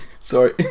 Sorry